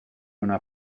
una